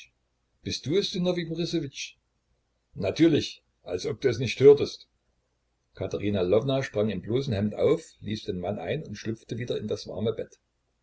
bist du es sinowij borissowitsch natürlich als ob du es nicht hörtest katerina lwowna sprang im bloßen hemd auf ließ den mann ein und schlüpfte wieder in das warme bett